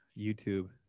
youtube